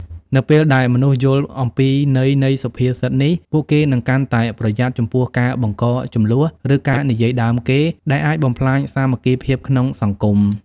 នៅពេលដែលមនុស្សយល់អំពីន័យនៃសុភាសិតនេះ ពួកគេនឹងកាន់តែប្រយ័ត្នចំពោះការបង្កជម្លោះ ឬការនិយាយដើមគេ ដែលអាចបំផ្លាញសាមគ្គីភាពក្នុងសង្គម។